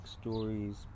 stories